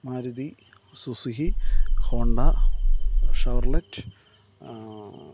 Maruti Suzuki Honda Chevrolet